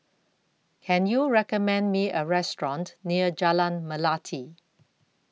Can YOU recommend Me A Restaurant near Jalan Melati